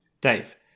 Dave